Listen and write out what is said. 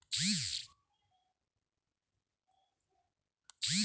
कांदा लागवड केल्यावर खते कोणती वापरावी?